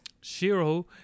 Shiro